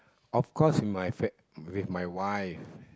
of course my fa~ with my wife